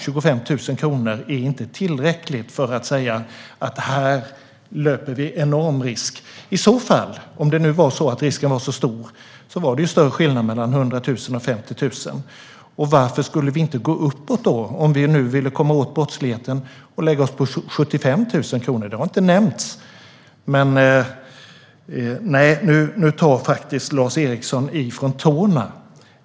25 000 kronor är inte tillräckligt för att säga: Här löper vi en enorm risk. Om risken skulle vara så stor var det ju större skillnad mellan 100 000 och 50 000. Varför skulle vi då inte gå uppåt, om vi nu ville komma åt brottsligheten, och lägga oss på 75 000 kronor? Det har inte nämnts. Nej, nu tar faktiskt Lars Eriksson i från tårna.